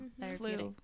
therapeutic